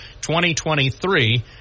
2023